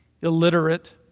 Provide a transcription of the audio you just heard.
illiterate